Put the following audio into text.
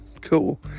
cool